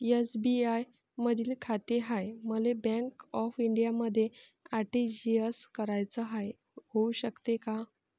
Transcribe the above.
SBI मधी खाते हाय, मले बँक ऑफ इंडियामध्ये आर.टी.जी.एस कराच हाय, होऊ शकते का?